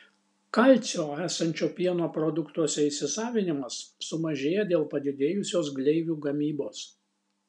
kalcio esančio pieno produktuose įsisavinimas sumažėja dėl padidėjusios gleivių gamybos